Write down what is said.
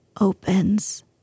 opens